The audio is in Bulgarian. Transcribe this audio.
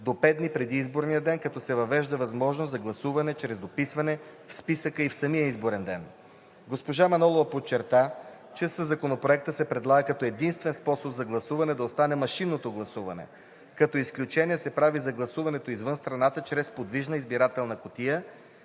до 5 дни преди изборния ден, като се въвежда възможност за гласуване чрез дописване в списъка и в самия изборен ден. Госпожа Манолова подчерта, че със Законопроекта се предлага като единствен способ за гласуване да остане машинното гласуване, като изключение се прави за гласуването извън страната, чрез подвижна избирателна кутия,